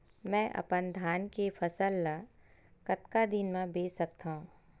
मैं अपन धान के फसल ल कतका दिन म बेच सकथो?